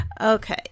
Okay